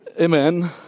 Amen